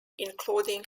including